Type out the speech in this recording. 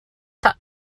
tut